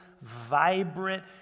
vibrant